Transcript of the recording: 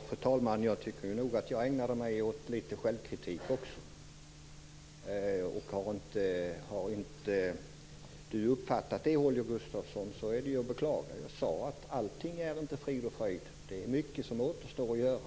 Fru talman! Jag tycker nog att jag ägnade mig åt litet självkritik också. Har Holger Gustafsson inte uppfattat det är det att beklaga. Jag sade att allting inte är frid och fröjd, det är mycket som återstår att göra.